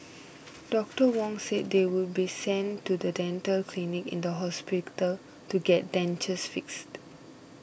Doctor Wong said they would be sent to the dental clinic in the hospital to get dentures fixed